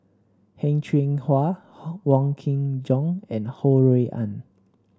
Heng Cheng Hwa Wong Kin Jong and Ho Rui An